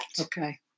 Okay